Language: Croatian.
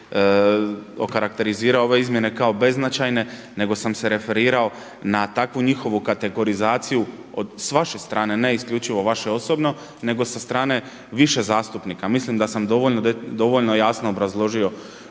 okarakterizirao ove izmjene kao beznačajne, nego sam se referirao na takvu njihovu kategorizaciju s vaše strane ne isključivo vaše osobno, nego sa strane više zastupnika. Mislim da sam dovoljno jasno obrazložio